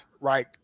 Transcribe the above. right